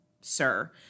Sir